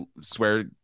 swear